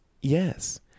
yes